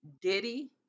Diddy